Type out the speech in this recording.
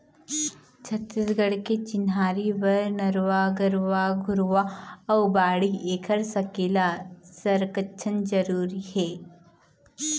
छत्तीसगढ़ के चिन्हारी बर नरूवा, गरूवा, घुरूवा अउ बाड़ी ऐखर सकेला, संरक्छन जरुरी हे